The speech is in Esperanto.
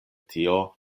tio